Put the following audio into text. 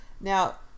Now